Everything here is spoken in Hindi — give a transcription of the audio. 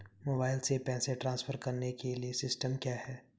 मोबाइल से पैसे ट्रांसफर करने के लिए सिस्टम क्या है?